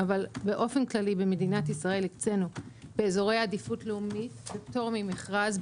אבל באופן כללי במדינת ישראל הקצינו באזורי עדיפות לאומית בפטור ממכרז,